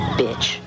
bitch